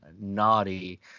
naughty